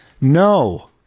no